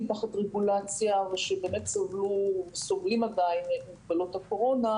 תחת רגולציה ושבאמת סובלים עדיין ממגבלות הקורונה,